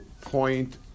point